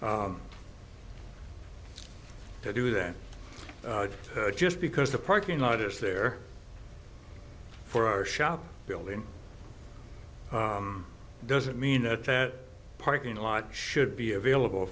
to do that just because the parking lot is there for our shop building doesn't mean that that parking lot should be available